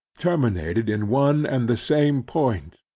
terminated in one and the same point,